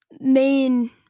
main